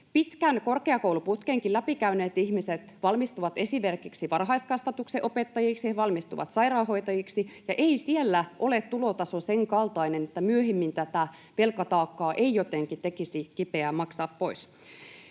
Pitkän korkeakouluputkenkin läpikäyneet ihmiset valmistuvat esimerkiksi varhaiskasvatuksen opettajiksi, valmistuvat sairaanhoitajiksi, ja ei siellä ole tulotaso sen kaltainen, että myöhemmin tätä velkataakkaa ei jotenkin tekisi kipeää maksaa pois.